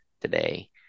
today